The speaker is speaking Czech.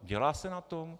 Dělá se na tom?